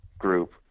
group